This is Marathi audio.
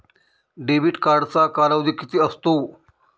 डेबिट कार्डचा कालावधी किती असतो?